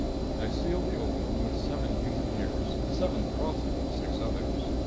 i sealed the opening with seven human hairs the seventh crossing the six others.